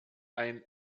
ein